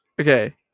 Okay